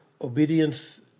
Obedience